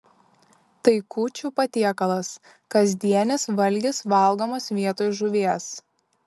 tai kūčių patiekalas kasdienis valgis valgomas vietoj žuvies